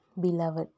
beloved